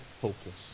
hopeless